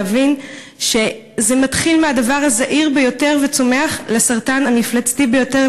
להבין שזה מתחיל מהדבר הזעיר ביותר וצומח לסרטן המפלצתי ביותר,